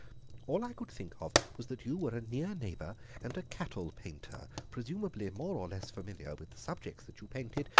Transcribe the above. all i could think of was that you were a near neighbour and a cattle painter, presumably more or less familiar with the subjects that you painted,